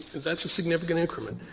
that's a significant increment.